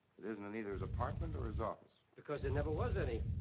it isn't in either his apartment or his office. because there never was any.